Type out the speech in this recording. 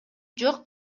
жок